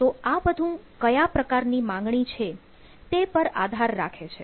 તો આ બધું કયા પ્રકારની માગણી છે તે પર આધાર રાખે છે